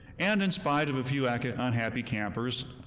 and in spite of a few and unhappy campers,